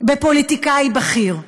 בפוליטיקאי בכיר,